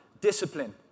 discipline